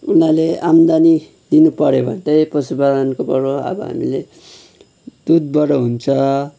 उनीहरूले आम्दानी दिनुपर्यो भने चाहिँ पशुपालनकोबाट अब हामीले दुधबाट हुन्छ